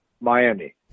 Miami